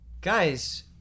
Guys